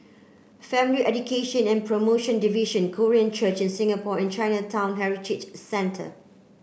Family Education and Promotion Division Korean Church in Singapore and Chinatown Heritage Centre